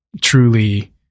truly